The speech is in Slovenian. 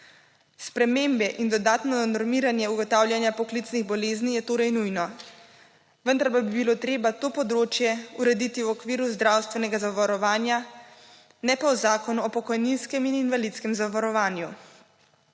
Spremembe in dodatno normiranje ugotavljanja poklicnih bolezni so torej nujni, vendar bi bilo treba to področje urediti v okviru zdravstvenega zavarovanja, ne pa v Zakonu o pokojninskem in invalidskem zavarovanju.